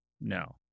No